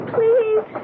Please